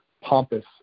pompous